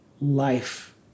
life